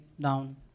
down